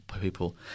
people